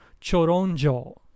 Choronjo